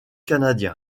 canadiens